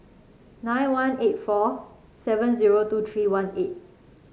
nine one eight four seven zero two three one eight